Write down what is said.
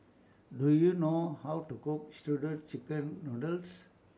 Do YOU know How to Cook Shredded Chicken Noodles